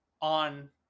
on